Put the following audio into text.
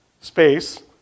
space